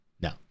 No